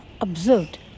observed